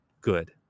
good